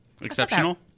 Exceptional